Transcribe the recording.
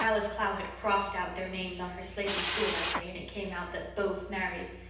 alice clow had crossed out their names on her slate in school that day, and it came out that both married.